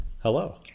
Hello